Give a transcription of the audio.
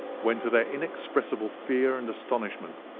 when, to their inexpressible fear and astonishment,